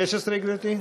מס' 16, גברתי?